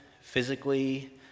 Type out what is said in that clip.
physically